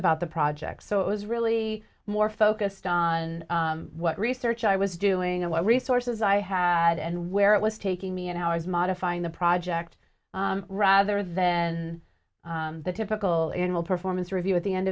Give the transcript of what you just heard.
about the project so it was really more focused on what research i was doing and what resources i had and where it was taking me and how it's modifying the project rather than the typical in will performance review at the end